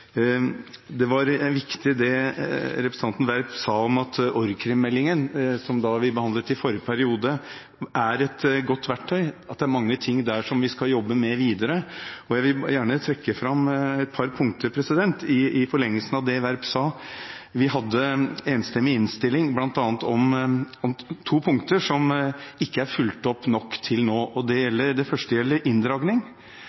Det var viktig, det representanten Werp sa om at org.krim-meldingen, som vi behandlet i forrige periode, er et godt verktøy, og at det er mange ting der som vi skal jobbe med videre. Jeg vil gjerne trekke fram et par punkter i forlengelsen av det Werp sa. Vi hadde en enstemmig innstilling om bl.a. to punkter som ikke er fulgt opp nok til nå. Det første gjelder inndragning. Det